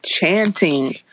Chanting